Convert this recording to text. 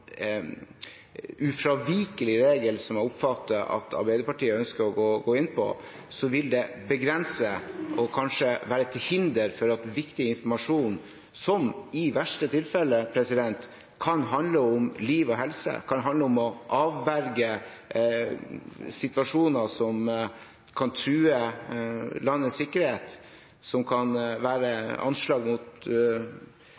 ufravikelig regel som jeg oppfatter at Arbeiderpartiet ønsker å gå inn på, vil det begrense og kanskje være til hinder for viktig informasjon, som i verste tilfelle kan handle om liv og helse, om å avverge situasjoner som kan true landets sikkerhet, og om alvorlige terrorangrep. Da må man også ha en mulighet med hensyn til tid som